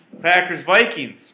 Packers-Vikings